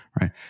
right